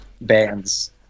bands